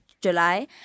July